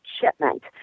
shipment